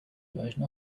version